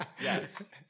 yes